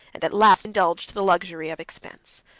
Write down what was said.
and at last indulged the luxury of expense.